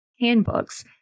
handbooks